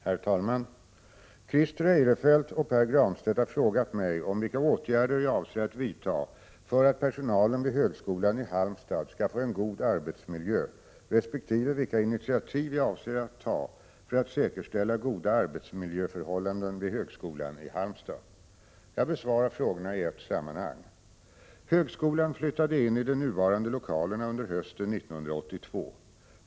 Herr talman! Christer Eirefelt och Pär Granstedt har frågat mig om vilka åtgärder jag avser att vidta för att personalen vid högskolan i Halmstad skall få en god arbetsmiljö resp. vilka initiativ jag avser att ta för att säkerställa goda arbetsmiljöförhållanden vid högskolan i Halmstad. Jag besvarar frågorna i ett sammanhang. Högskolan flyttade in i de nuvarande lokalerna under hösten 1982.